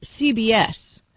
CBS